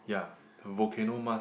ya the volcano mask